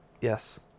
Yes